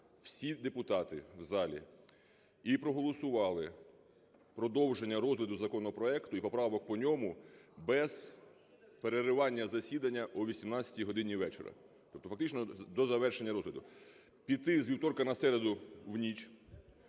всі депутати в залі і проголосували продовження розгляду законопроекту і поправок по ньому без переривання засідання о 18 годині вечора, тобто фактично до завершення розгляду. Піти з вівторка на середу в ніч,